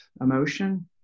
emotion